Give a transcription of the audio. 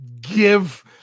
give